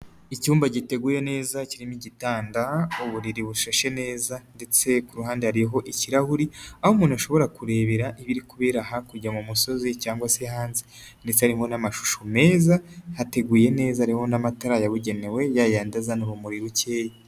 Icyumba giteguye neza kirimo igitanda, uburiri bushashe neza ndetse ku ruhande hariho ikirahuri, aho umuntu ashobora kurebera ibiri kubera hakurya mu musozi cyangwa se hanze ndetse harimo n'amashusho meza, hateguye neza, hariho n'amatara yabugenewe yayandi azana urumuri rukeya.